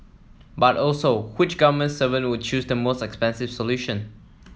but also which government servant would choose the most expensive solution